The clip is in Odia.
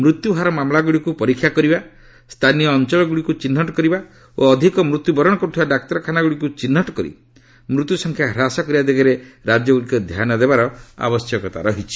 ମୃତ୍ୟୁହାର ମାମଲାଗୁଡ଼ିକୁ ପରୀକ୍ଷା କରିବା ସ୍ଥାନୀୟ ଅଞ୍ଚଳଗୁଡ଼ିକୁ ଚିହ୍ନଟ କରିବା ଓ ଅଧିକ ମୃତ୍ୟୁବରଣ କରୁଥିବା ଡାକ୍ତରଖାନାଗୁଡ଼ିକୁ ଚିହ୍ନଟ କରି ମୃତ୍ୟୁସଂଖ୍ୟା ହ୍ରାସ କରିବା ଦିଗରେ ରାଜ୍ୟଗୁଡ଼ିକ ଧ୍ୟାନ ଦେବାର ଆବଶ୍ୟକତା ରହିଛି